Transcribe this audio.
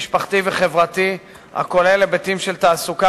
משפחתי וחברתי הכולל היבטים של תעסוקה